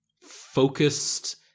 focused